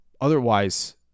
Otherwise